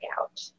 out